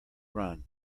run